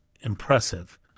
impressive